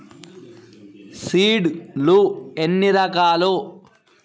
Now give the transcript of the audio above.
Seed లు ఎన్ని రకాలు?